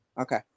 Okay